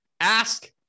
Ask